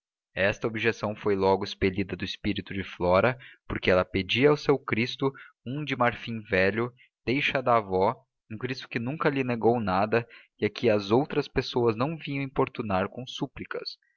esta objeção foi logo expelida do espírito de flora porque ela pedia ao seu cristo um de marfim velho deixa da avó um cristo que nunca lhe negou nada e a quem as outras pessoas não vinham importunar com súplicas